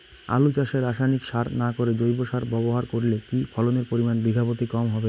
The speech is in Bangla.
আলু চাষে রাসায়নিক সার না করে জৈব সার ব্যবহার করলে কি ফলনের পরিমান বিঘা প্রতি কম হবে?